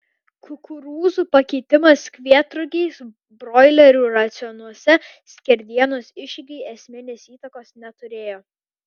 kukurūzų pakeitimas kvietrugiais broilerių racionuose skerdienos išeigai esminės įtakos neturėjo